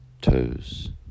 toes